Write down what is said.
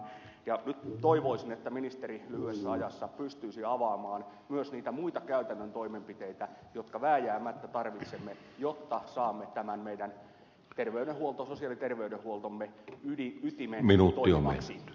nyt toivoisin että ministeri lyhyessä ajassa pystyisi avaamaan myös niitä muita käytännön toimenpiteitä jotka vääjäämättä tarvitsemme jotta saamme tämän meidän sosiaali ja terveydenhuoltomme ytimen toimivaksi